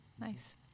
Nice